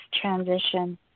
transition